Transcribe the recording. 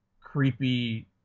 creepy